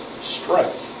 strength